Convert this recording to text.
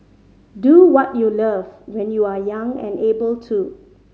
do what you love when you are young and able to